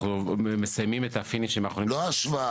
אנחנו מסיימים את הפינישים האחרונים --- לא השוואה.